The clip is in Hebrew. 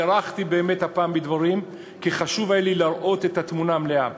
הארכתי הפעם בדברים כי היה לי חשוב להראות את התמונה המלאה.